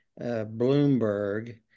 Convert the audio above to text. Bloomberg